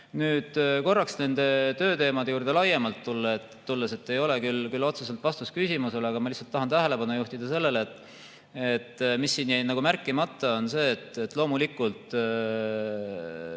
korraks nende tööteemade juurde laiemalt tulles, see ei ole küll otseselt vastus küsimusele, aga ma lihtsalt tahan tähelepanu juhtida sellele, et siin jäi märkimata see, et loomulikult